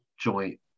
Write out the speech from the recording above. joint